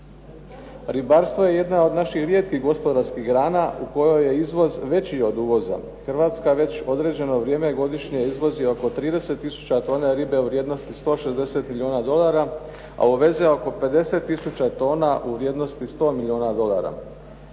Ribarstvo je jedna od naših rijetkih gospodarskih grana u kojoj je izvoz veći od uvoza. Hrvatska već određeno vrijeme godišnje izvozi oko 30 tisuća tona ribe u vrijednosti 160 milijuna dolara, a uveze oko 50 tisuća tona u vrijednosti 100 milijuna dolara.